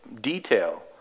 detail